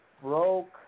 broke